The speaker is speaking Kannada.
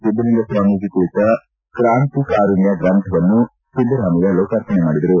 ಸಿದ್ದಲಿಂಗಸ್ವಾಮೀಜಿ ಕುರಿತ ಕ್ರಾಂತಿ ಕಾರುಣ್ಯ ಗ್ರಂಥವನ್ನು ಸಿದ್ದರಾಮಯ್ಯ ಲೋಕಾರ್ಪಣೆ ಮಾಡಿದರು